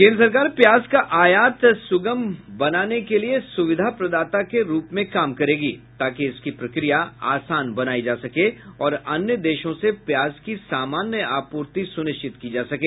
केन्द्र सरकार प्याज का आयात सुगम बनाने के लिए सुविधा प्रदाता के रूप में काम करेगी ताकि इसकी प्रक्रिया आसान बनाई जा सके और अन्य देशों से प्याज की सामान्य आपूर्ति सुनिश्चित की जा सके